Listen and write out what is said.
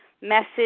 message